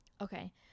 Okay